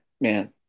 man